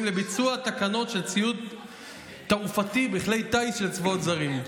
לביצוע תקנות של ציוד תעופתי בכלי טיס של צבאות זרים.